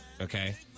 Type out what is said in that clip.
Okay